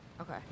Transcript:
Okay